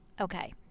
Okay